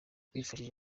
wifashishije